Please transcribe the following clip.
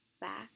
back